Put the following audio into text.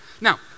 Now